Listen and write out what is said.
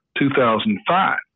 2005